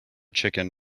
chicken